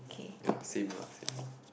ya same lah same lah